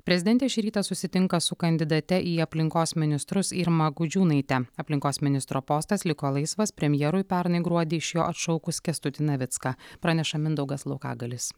prezidentė šį rytą susitinka su kandidate į aplinkos ministrus irma gudžiūnaite aplinkos ministro postas liko laisvas premjerui pernai gruodį iš jo atšaukus kęstutį navicką praneša mindaugas laukagalis